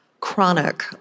Chronic